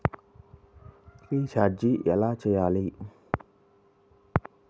Recharge ఎలా చెయ్యాలి?